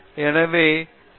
எனவே நீங்கள் பி